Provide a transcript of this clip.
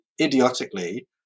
idiotically